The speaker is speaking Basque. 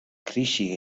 krisi